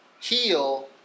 heal